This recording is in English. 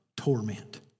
torment